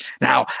Now